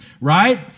right